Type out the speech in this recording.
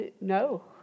No